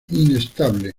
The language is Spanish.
inestable